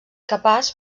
capaç